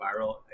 viral